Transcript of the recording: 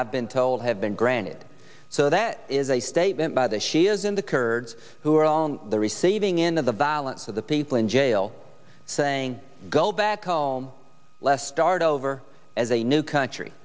have been told have been granted so that is a statement by the shias and the kurds who are on the receiving end of the violence of the people in jail saying go back home less start over as a new country